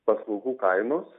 paslaugų kainos